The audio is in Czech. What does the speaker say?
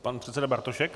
Pan předseda Bartošek.